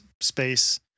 space